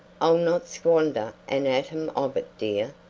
i'll not squander an atom of it, dear,